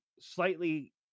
slightly